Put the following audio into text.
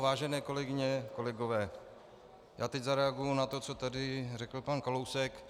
Vážené kolegyně, kolegové, já teď zareaguji na to, co tady řekl pan Kalousek.